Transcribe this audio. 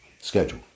schedule